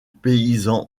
paysan